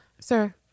Sir